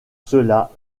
cela